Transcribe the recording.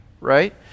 right